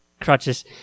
Crutches